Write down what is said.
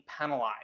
penalized